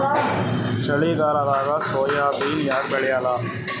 ಚಳಿಗಾಲದಾಗ ಸೋಯಾಬಿನ ಯಾಕ ಬೆಳ್ಯಾಲ?